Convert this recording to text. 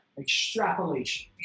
Extrapolation